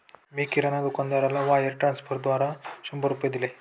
मी किराणा दुकानदाराला वायर ट्रान्स्फरद्वारा शंभर रुपये दिले